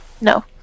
no